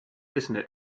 isn’t